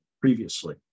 previously